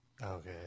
Okay